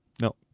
No